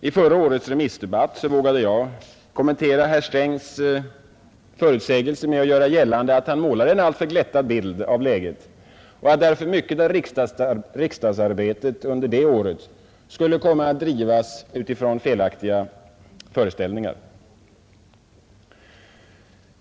I förra årets remissdebatt vågade jag kommentera herr Strängs förutsägelser med att göra gällande att han målade en alltför glättad bild av läget och att därför mycket av riksdagsarbetet under det året skulle komma att drivas utifrån felaktiga föreställningar.